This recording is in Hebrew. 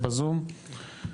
תודה.